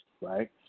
right